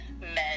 men